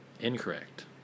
incorrect